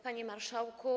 Panie Marszałku!